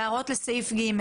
הערות לסעיף (ג)?